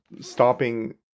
stopping